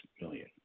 million